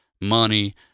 money